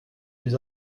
les